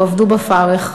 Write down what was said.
הועבדו בפרך.